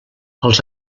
els